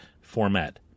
format